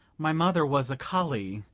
my mother was a collie,